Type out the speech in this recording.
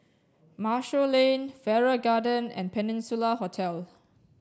Marshall Lane Farrer Garden and Peninsula Hotel